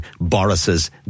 Boris's